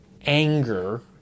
anger